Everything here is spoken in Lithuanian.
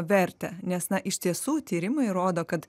vertę nes na iš tiesų tyrimai rodo kad